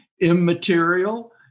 immaterial